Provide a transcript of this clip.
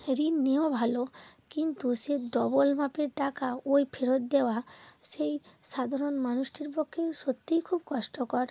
ঋণ নেওয়া ভালো কিন্তু সেই ডবল মাপের টাকা ওই ফেরত দেওয়া সেই সাধারণ মানুষটির পক্ষে সত্যিই খুব কষ্টকর